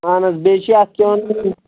اَہَن حظ بیٚیہِ چھِ اَتھ کیٛاہ وَنان